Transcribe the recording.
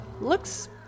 looks